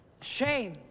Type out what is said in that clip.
Shame